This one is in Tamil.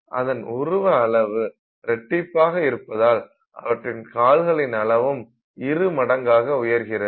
அதன் உருவ அளவு இரட்டீப்பாக இருப்பதால் அவற்றின் கால்களின் அளவும் இரண்டு மடங்காக உயர்கிறது